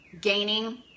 gaining